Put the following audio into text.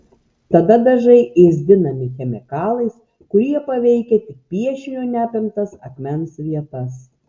tada dažai ėsdinami chemikalais kurie paveikia tik piešinio neapimtas akmens vietas